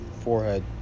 forehead